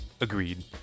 Agreed